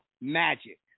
magic